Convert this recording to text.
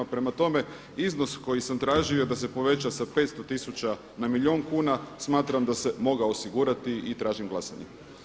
Prema tome iznos koji sam tražio da se poveća sa 500 tisuća na milijun kuna smatram da se mogao osigurati i tražim glasanje.